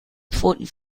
pfoten